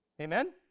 Amen